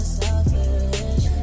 selfish